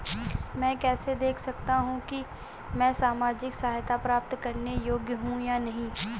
मैं कैसे देख सकता हूं कि मैं सामाजिक सहायता प्राप्त करने योग्य हूं या नहीं?